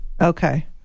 Okay